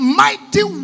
mighty